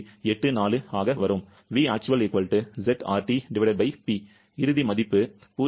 84 வரும் இறுதி மதிப்பு 0